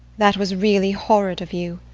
that was really horrid of you.